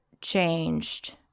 changed